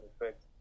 effect